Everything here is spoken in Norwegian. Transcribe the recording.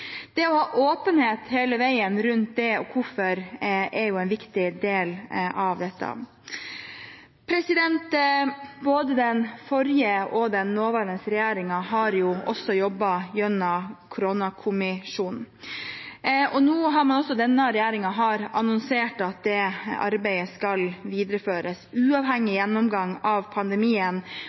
Det å ha åpenhet hele veien rundt det man gjør, og hvorfor, er en viktig del av dette. Både den forrige og den nåværende regjeringen har også jobbet gjennom Koronakommisjonen. Nå har denne regjeringen også annonsert at det arbeidet skal videreføres, med en uavhengig gjennomgang av pandemien.